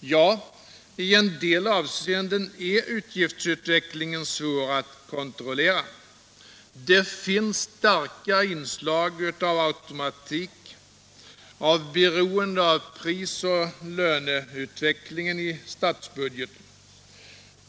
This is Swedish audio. Ja, i en del avseenden är utgiftsutvecklingen svår att kontrollera. Det finns starka inslag av automatik, av beroende av prisoch löneutvecklingen i statsbudgeten.